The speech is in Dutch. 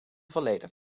verleden